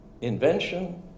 invention